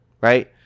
right